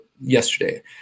yesterday